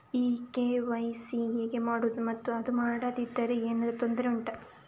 ಈ ಕೆ.ವೈ.ಸಿ ಹೇಗೆ ಮಾಡುವುದು ಮತ್ತು ಅದು ಮಾಡದಿದ್ದರೆ ಏನಾದರೂ ತೊಂದರೆ ಉಂಟಾ